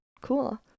Cool